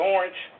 Orange